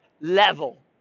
level